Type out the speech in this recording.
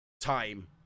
time